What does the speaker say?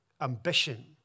ambition